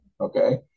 Okay